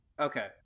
Okay